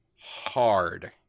hard